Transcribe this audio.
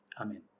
Amen